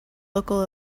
local